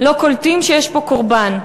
לא קולטים שיש פה קורבן.